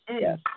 Yes